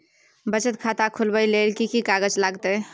बचत खाता खुलैबै ले कि की कागज लागतै?